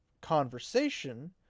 conversation